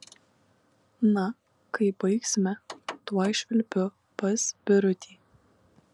na kai baigsime tuoj švilpiu pas birutį